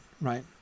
right